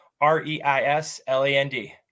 R-E-I-S-L-A-N-D